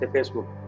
Facebook